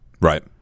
Right